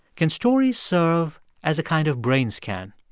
can stories serve as a kind of brain scan?